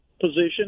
position